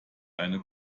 eine